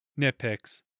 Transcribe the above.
Nitpicks